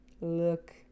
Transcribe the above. Look